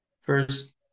first